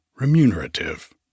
remunerative